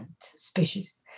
species